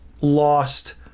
lost